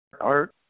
Art